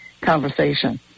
conversation